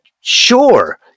sure